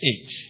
eight